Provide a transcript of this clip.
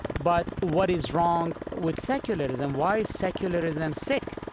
but what is wrong with secularism. why is secularism sick?